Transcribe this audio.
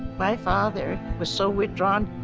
my father was so withdrawn.